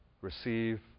Receive